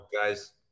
guys